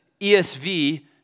ESV